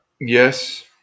Yes